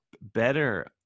better